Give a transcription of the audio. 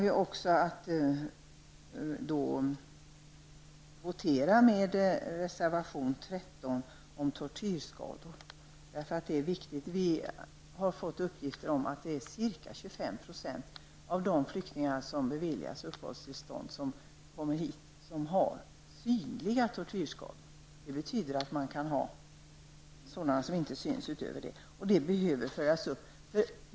Vi kommer att stödja reservation 13 om tortyrskador, som är viktig. Vi har fått uppgift om att ca 25 % av de flyktingar som beviljas uppehållstillstånd i Sverige har synliga tortyrskador. Det betyder att de asylsökande även kan ha sådana tortyrskador som inte syns. Och detta behöver följas upp.